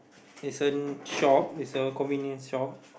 is a shop it's a convenient shop